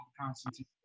Constantine